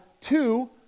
two